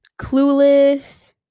Clueless